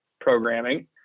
programming